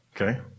Okay